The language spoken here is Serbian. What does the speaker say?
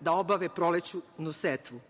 da obave prolećnu setvu.